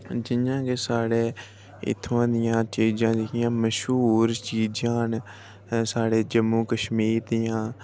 जियां की साढ़े इत्थुआं दियां चीज़ां जेह्कियां मश्हूर चीजां न साढ़े जम्मू कश्मीर दियां